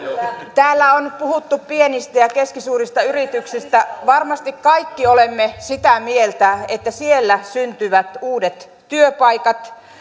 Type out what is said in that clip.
täällä on puhuttu pienistä ja keskisuurista yrityksistä varmasti kaikki olemme sitä mieltä että siellä syntyvät uudet työpaikat